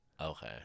Okay